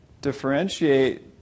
differentiate